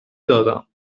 دادم